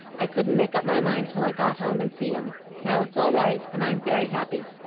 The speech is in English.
i couldn't make up my mind till i got home and see him. now it's all right, and i am very happy.